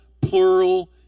plural